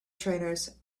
trainers